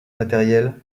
matériel